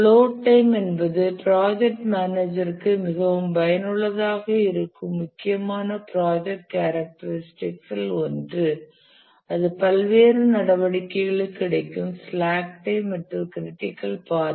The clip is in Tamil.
பிளோட் டைம் என்பது ப்ராஜெக்ட் மேனேஜர்க்கு மிகவும் பயனுள்ளதாக இருக்கும் முக்கியமான ப்ராஜெக்ட் கேரக்டரிஸ்டிகஸ் இல் ஒன்று அது பல்வேறு நடவடிக்கைகளுக்கு கிடைக்கும் ஸ்லாக் டைம் மற்றும் க்ரிட்டிக்கல் பாத்